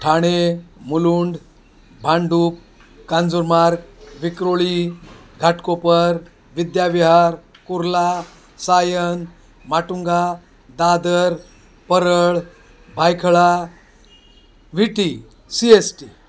Thane Mulund Bhandup Kanjurmarg Vikhroli Ghatkopar Vidyavihar Kurla Sion Matunga Dadar Parel Byculla V T C S T